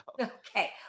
Okay